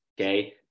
okay